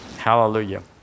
Hallelujah